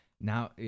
now